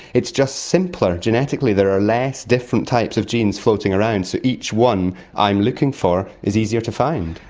it's just simpler. genetically there are less different types of genes floating around, so each one i'm looking for is easier to find.